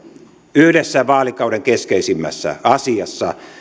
yhdessä vaalikauden keskeisimmässä asiassa